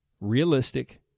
realistic